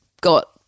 got